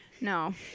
No